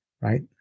right